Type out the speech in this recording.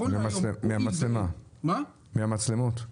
מהמצלמות?